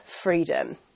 freedom